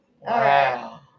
Wow